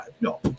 no